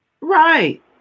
Right